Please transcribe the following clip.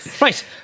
Right